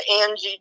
Angie